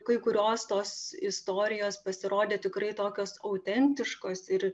kai kurios tos istorijos pasirodė tikrai tokios autentiškos ir